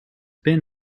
been